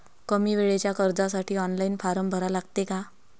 कमी वेळेच्या कर्जासाठी ऑनलाईन फारम भरा लागते का?